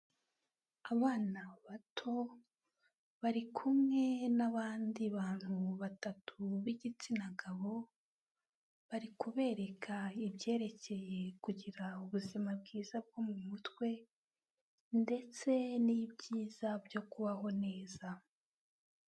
Abana bato bari kumwe n'abandi bantu batatu b'igitsina gabo, bari kubereka ibyerekeye kugira ubuzima bwiza bwo mu mutwe ndetse n'ibyiza byo kubaho neza.